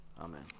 Amen